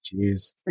Jeez